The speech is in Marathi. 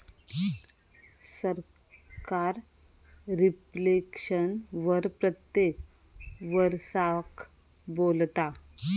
सरकार रिफ्लेक्शन वर प्रत्येक वरसाक बोलता